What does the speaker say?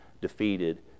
defeated